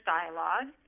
Dialogue